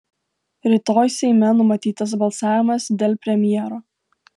rytoj seime numatytas balsavimas dėl premjero